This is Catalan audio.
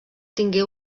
tingué